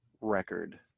record